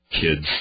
kids